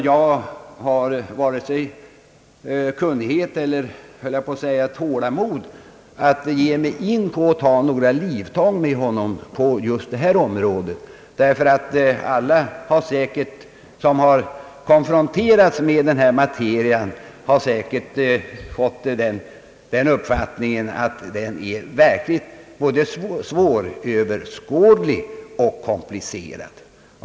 Jag har varken kunnighet eller, höll jag på att säga, tålamod att ge mig in på att ta några livtag med herr Gösta Jacobsson just på detta område. Alla som har konfronterats med denna materia har säkert fått den uppfattningen att den verkligen är både svåröverskådlig och komplicerad.